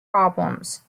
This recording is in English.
problems